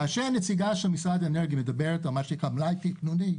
כאשר הנציגה של משרד האנרגיה מדברת על מה שנקרא מלאי תכנוני,